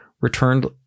returned